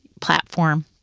platform